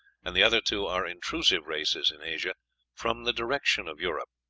and the other two are intrusive races in asia from the direction of europe.